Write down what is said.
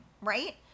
right